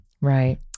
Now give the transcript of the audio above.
right